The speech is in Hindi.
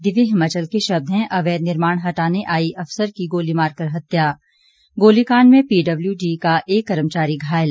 दिव्य हिमाचल के शब्द हैं अवैध निर्माण हटाने आई अफसर की गोली मारकर हत्या गोलीकांड में पीडब्लयूडी का एक कर्मचारी घायल